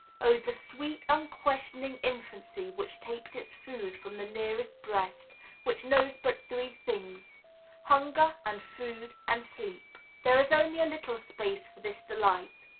oh, the sweet, unquestioning infancy which takes its food from the nearest breast which knows but three things hunger and food and sleep! there is only a little space for this delight.